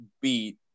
beat